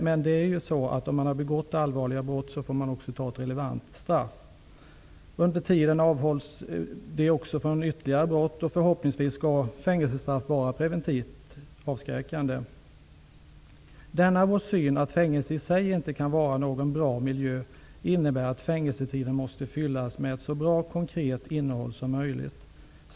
Men har man begått allvarliga brott, får man också ta ett relevant straff. Under tiden man avtjänar sitt straff avhålls de också från ytterligare brott. Förhoppningsvis skall fängelsestraff vara preventivt avskräckande. Denna vår syn, att fängelse inte kan vara någon bra miljö, innebär att fängelsetiden måste fyllas med ett så bra och konkret innehåll som möjligt.